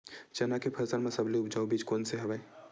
चना के फसल म सबले उपजाऊ बीज कोन स हवय?